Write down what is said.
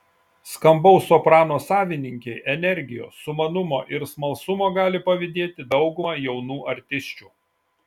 skambaus soprano savininkei energijos sumanumo ir smalsumo gali pavydėti dauguma jaunų artisčių